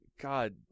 god